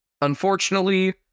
Unfortunately